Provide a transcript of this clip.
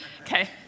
Okay